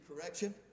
correction